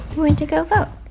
went to go vote.